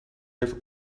heeft